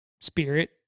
spirit